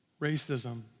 racism